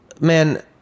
man